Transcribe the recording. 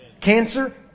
Cancer